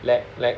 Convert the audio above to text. lag lag